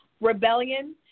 rebellion